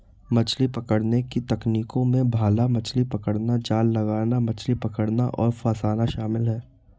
मछली पकड़ने की तकनीकों में भाला मछली पकड़ना, जाल लगाना, मछली पकड़ना और फँसाना शामिल है